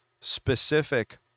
specific